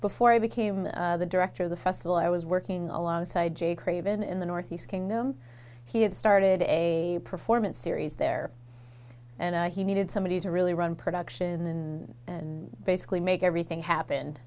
before i became the director of the festival i was working alongside jay craven in the northeast can know he had started a performance series there and he needed somebody to really run production in and basically make everything happened